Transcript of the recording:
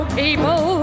people